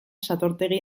satortegi